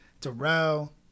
Darrell